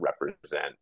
represent